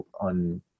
on